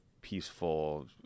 peaceful